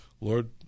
Lord